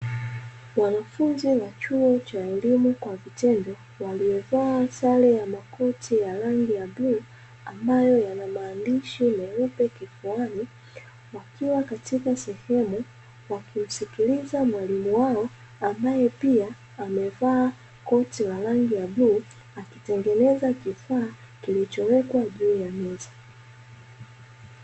Wanafunzi wa chuo cha elimu kwa vitendo, waliovaa sare ya makoti ya rangi ya bluu ambayo yana maandishi meupe kifuani, wakiwa katika sehemu wakimsikiliza mwalimu wao ambaye pia amevaa koti la rangi ya bluu, akitengeneza kifaa kilichowekwa juu ya meza.